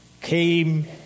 came